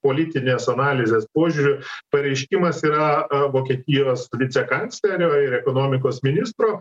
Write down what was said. politinės analizės požiūriu pareiškimas yra vokietijos vicekanclerio ir ekonomikos ministro